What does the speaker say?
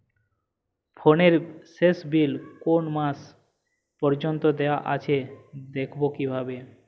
ফোনের শেষ বিল কোন মাস পর্যন্ত দেওয়া আছে দেখবো কিভাবে?